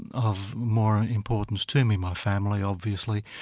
and of more importance to me my family obviously,